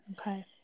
Okay